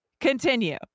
Continue